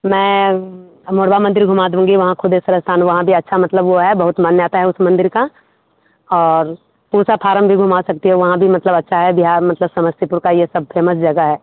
मैं मोड़वा मंदिर घूमा दूँगी वहाँ ख़ुद ऐसा स्थान है वहाँ भी अच्छा मतलब वह है बहुत मान्यता है उस मंदिर की और पूसा फारम भी घूमा सकती हूँ वहाँ भी मतलब अच्छा है बिहार मतलब समस्तीपुर की यह सब फेमस जगह है